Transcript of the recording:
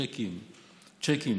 ההמחאות,